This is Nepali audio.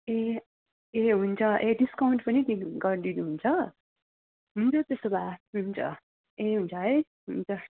ए ए हुन्छ ए डिस्काउन्ट पनि दि गरिदिनुहुन्छ हुन्छ त्यसो भए हुन्छ ए हुन्छ है हुन्छ